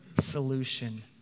solution